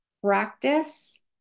practice